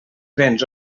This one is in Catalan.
béns